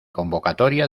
convocatoria